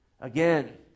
Again